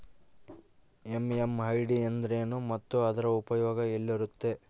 MMID ಎಂದರೇನು ಮತ್ತು ಅದರ ಉಪಯೋಗ ಎಲ್ಲಿರುತ್ತೆ?